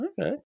Okay